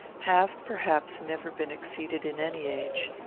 have, perhaps, never been exceeded in any age.